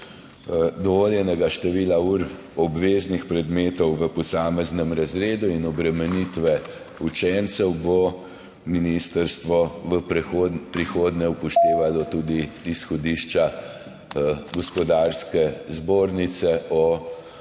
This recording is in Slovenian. dovoljenega števila ur obveznih predmetov v posameznem razredu in obremenitve učencev bo ministrstvo v prihodnje upoštevalo tudi izhodišča Gospodarske zbornice o